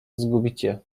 zgubicie